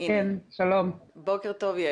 בוקר טוב.